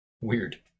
weird